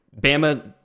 Bama